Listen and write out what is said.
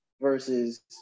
versus